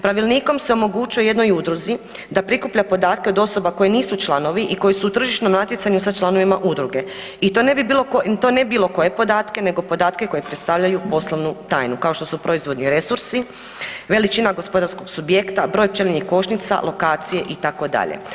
Pravilnikom se omogućuje jednoj udruzi da prikuplja podatke od osoba koje nisu članovi i koji su u tržišnom natjecanju sa članovima udruge i to ne bilo koje podatke nego podatke koji predstavljaju poslovnu tajnu, kao što su proizvodni resursi, veličina gospodarskog subjekta, broj pčelinjih košnica, lokacije itd.